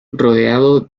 rodeado